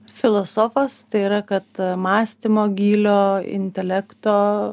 filosofas tai yra kad mąstymo gylio intelekto